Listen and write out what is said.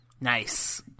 Nice